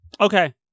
Okay